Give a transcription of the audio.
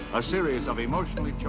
a series of emotionally